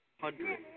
hundred